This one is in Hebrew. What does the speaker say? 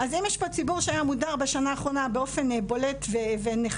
אם יש פה ציבור שהיה מודר בשנה האחרונה באופן בולט ונחרץ,